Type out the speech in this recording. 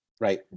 Right